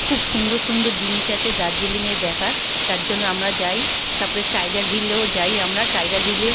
খুব সুন্দর সুন্দর জিনিস আছে দার্জিলিংয়ে দেখার তার জন্য আমরা যাই তার পরে টাইগার হিলেও যাই আমরা টাইগার হিলে